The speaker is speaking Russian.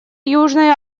южной